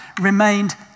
remained